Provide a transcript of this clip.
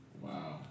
Wow